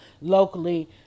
locally